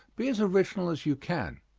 be as original as you can.